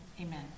amen